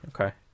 Okay